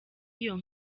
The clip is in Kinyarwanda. iyo